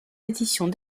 éditions